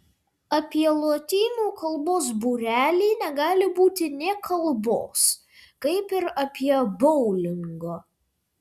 apie lotynų kalbos būrelį negali būti nė kalbos kaip ir apie boulingo